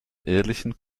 ehrlichen